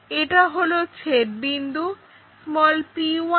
এটা হলো ছেদবিন্দু p1